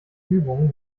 übungen